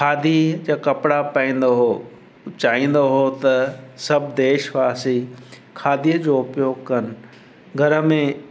खादी जा कपिड़ा पाईंदो हो चाहींदो हो त सभु देशवासी खादीअ जो उपयोगु कनि घर में